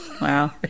Wow